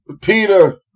Peter